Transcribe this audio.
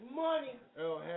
money